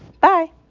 bye